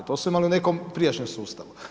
To su imali u nekom prijašnjem sustavu.